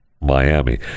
Miami